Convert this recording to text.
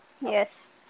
Yes